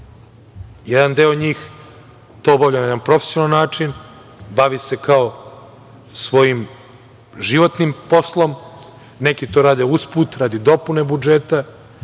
Jedan deo njih to obavlja na jedan profesionalan način, bavi se kao svojim životnim poslom, neki to rade usput, radi dopune budžeta,